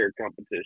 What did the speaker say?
competition